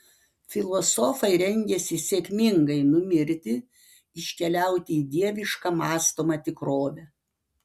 filosofai rengiasi sėkmingai numirti iškeliauti į dievišką mąstomą tikrovę